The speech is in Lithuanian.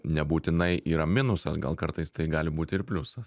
nebūtinai yra minusas gal kartais tai gali būti ir pliusas